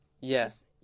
Yes